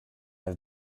have